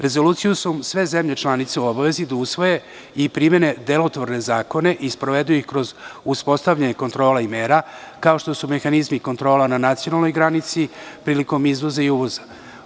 Rezolucijom su sve zemlje članice u obavezi da usvoje i primene delotvorne zakone i sprovedu ih kroz uspostavljanje kontrola i mera, kao što su mehanizmi kontrola na nacionalnoj granici prilikom izvoza i uvoza.